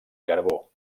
carbó